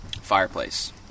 fireplace